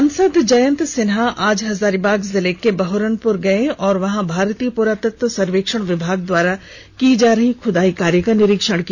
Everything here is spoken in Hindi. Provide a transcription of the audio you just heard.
सांसद जयंत सिन्हा आज हजारीबाग जिले के बहोरनपुर गये और वहां भारतीय पुरातत्व सर्वेक्षण विभाग द्वारा की जा रही खुदाई कार्य का निरीक्षण किया